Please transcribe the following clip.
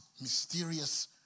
mysterious